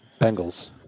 Bengals